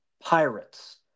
pirates